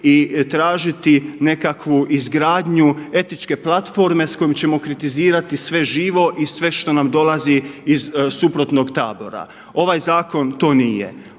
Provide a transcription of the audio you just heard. i tražiti nekakvu izgradnju etičke platforme s kojom ćemo kritizirati sve živo i sve što nam dolazi iz suprotnog tabora. Ovaj zakon to nije.